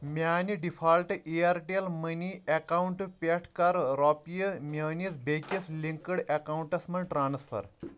میانہِ default Airtel money اکاونٛٹہٕ پٮ۪ٹھ کَر رۄپیہِ میٲنِس بیٛکِس لنکٕڈ اکاونٹَس مَنٛز ٹرانسفر